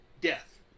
death